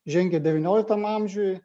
žengė devynioliktam amžiuj